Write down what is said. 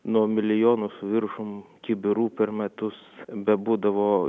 nuo milijonų su viršum kibirų per metus bebūdavo